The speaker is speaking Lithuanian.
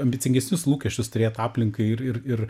ambicingesnius lūkesčius turėt aplinkai ir ir ir